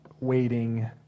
waiting